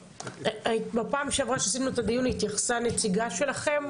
בפעם שעברה שעשינו את הדיון התייחסה נציגה שלכם.